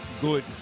good